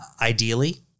ideally